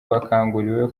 bakanguriwe